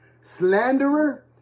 slanderer